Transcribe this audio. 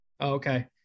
Okay